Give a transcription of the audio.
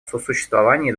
существовании